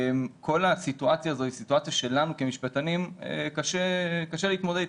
כל הסיטואציה הזאת היא סיטואציה שלנו כמשפטנים קשה להתמודד אתה.